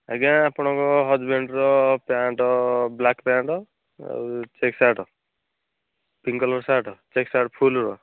ଆଜ୍ଞା ଆପଣଙ୍କ ହଜ୍ବେଣ୍ଡ୍ର ପ୍ୟାଣ୍ଟ୍ ବ୍ଲାକ୍ ପ୍ୟାଣ୍ଟ୍ ଆଉ ଚେକ୍ ସାର୍ଟ ପିଙ୍କ୍ କଲର୍ର ସାର୍ଟ୍ ଚେକ୍ ସାର୍ଟ୍ ଫୁଲ୍ର